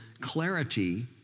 clarity